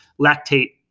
lactate